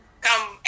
come